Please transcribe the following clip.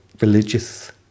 religious